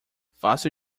fácil